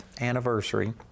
anniversary